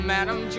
Madam